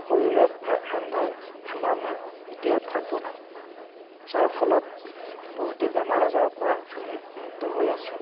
খৰিৰে ভাত ৰান্ধি আমাৰ মায়ে এতিয়া ভাত বনায় যাৰ ফলত বহুতেই বেমাৰ আজাৰৰপৰা আমি মুক্ত হৈ আছো